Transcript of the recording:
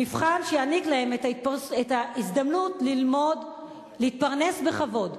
מבחן שיעניק להם את ההזדמנות להתפרנס בכבוד.